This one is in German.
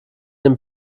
den